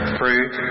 fruit